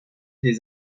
des